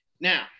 Now